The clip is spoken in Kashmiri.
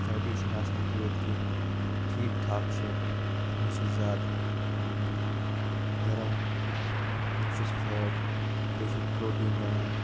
فیٹی چھُ نہٕ آسان تیٛوٗت کیٚنٛہہ ٹھیٖک ٹھاکھ چھُ نہَ چھُ زیادٕ گَرم نہَ چھُس فیٹ بیٚیہِ چھِ پرٛوٹیٖن دِوان